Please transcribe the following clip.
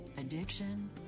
addiction